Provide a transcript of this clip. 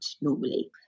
normally